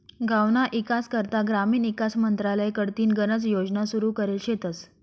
गावना ईकास करता ग्रामीण ईकास मंत्रालय कडथीन गनच योजना सुरू करेल शेतस